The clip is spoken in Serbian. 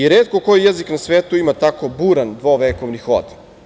Retko koji jezik na svetu ima tako buran dvovekovni hod.